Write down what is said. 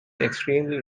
extremely